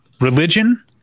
religion